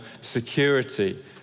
security